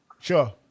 Sure